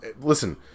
Listen